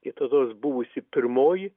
kitados buvusi pirmoji